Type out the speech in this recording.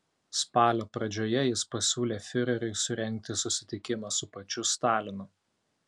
spalio pradžioje jis pasiūlė fiureriui surengti susitikimą su pačiu stalinu